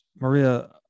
Maria